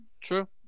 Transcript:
True